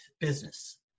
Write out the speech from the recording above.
business